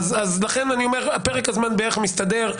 לכן אני אומר שפרק הזמן בערך מסתדר.